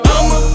I'ma